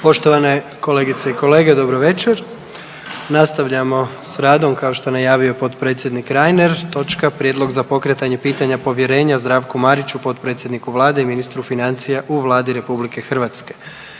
Poštovane kolegice i kolege, dobro večer. Nastavljamo s radom, kao što je najavio potpredsjednik Reiner. Točka - Prijedlog za pokretanje pitanja povjerenja dr. sc. Zdravku Mariću, potpredsjedniku Vlade Republike Hrvatske i ministru financija u Vladi Republike Hrvatske.